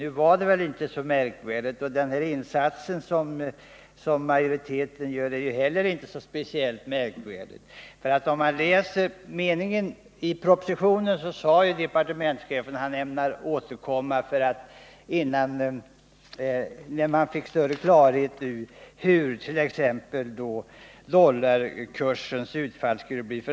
Det hela var väl inte så märkvärdigt, och den insats som majoriteten gör är inte heller speciellt märkvärdig. I propositionen sade departementschefen att han ämnade återkomma när man fått större klarhet om t.ex. utfallet beträffande dollarkursen.